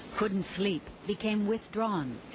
couldn't sleep, became withdrawn,